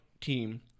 team